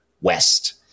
West